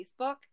Facebook